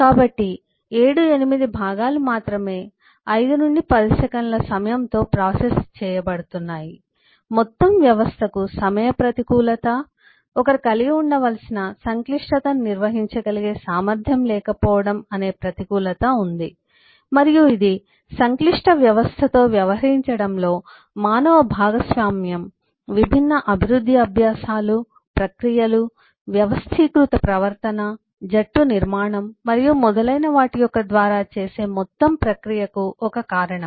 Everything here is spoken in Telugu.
కాబట్టి 7 8 భాగాలు మాత్రమే 5 సెకన్లు 10 సెకన్ల సమయంతో ప్రాసెస్ చేయబడుతున్నాయి మొత్తం వ్యవస్థకు సమయ ప్రతికూలత ఒకరు కలిగి ఉండవలసిన సంక్లిష్టతను నిర్వహించ గలిగే సామర్థ్యం లేకపోవడం అనే ప్రతికూలత ఉంది మరియు ఇది సంక్లిష్ట వ్యవస్థతో వ్యవహరించడంలో మానవ భాగస్వామ్యం విభిన్న అభివృద్ధి అభ్యాసాలు ప్రక్రియలు వ్యవస్థీకృత ప్రవర్తన జట్టు నిర్మాణం మరియు మొదలైన వాటి యొక్క ద్వారా చేసే మొత్తం ప్రక్రియకు ఒక కారణం